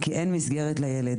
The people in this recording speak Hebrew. כי אין מסגרת לילד,